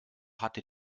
hatte